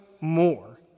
more